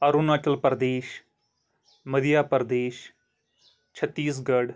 Arunachal Pradesh Madhya Pradesh چھَتیٖش Garh